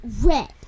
Red